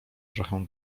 trochę